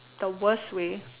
the worst way